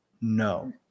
no